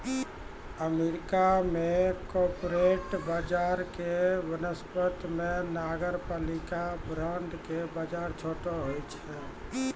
America मे corporate बजारो के वनिस्पत मे नगरपालिका बांड के बजार छोटो होय छै